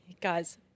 guys